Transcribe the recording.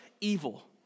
evil